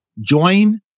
join